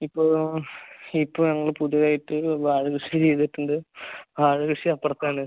ഇപ്പോൾ ഇപ്പോൾ ഞങ്ങൾ പുതിയതായിട്ട് വാഴക്കൃഷി ചെയ്തിട്ടുണ്ട് വാഴക്കൃഷി അപ്പുറത്ത് ആണ്